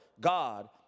God